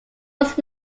was